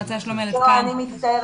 אני רוצה לומר